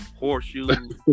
Horseshoes